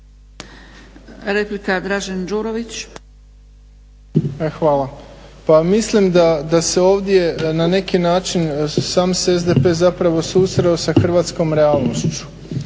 Dražen (HDSSB)** Pa mislim da se ovdje na neki način sam se SDP zapravo susreo sa hrvatskom realnošću